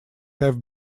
have